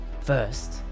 First